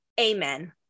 Amen